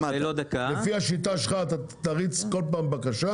לפי השיטה שלך אתה תריץ כל פעם בקשה